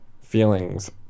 feelings